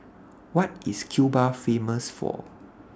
What IS Cuba Famous For